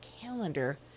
calendar